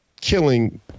killing